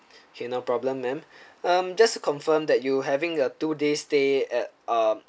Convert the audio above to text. okay no problem ma'am um just to confirm that you having a two day stay at um